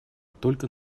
только